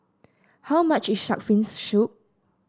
how much is shark fin's soup